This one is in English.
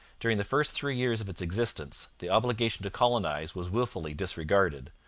during the first three years of its existence the obligation to colonize was wilfully disregarded,